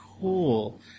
cool